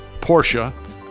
Porsche